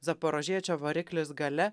zaporožiečio variklis gale